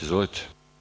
Izvolite.